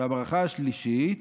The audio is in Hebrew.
והברכה השלישית,